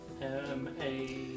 M-A-